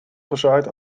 gezaaid